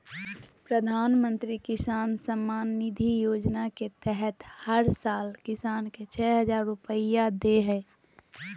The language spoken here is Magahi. प्रधानमंत्री किसान सम्मान निधि योजना के तहत हर साल किसान, छह हजार रुपैया दे हइ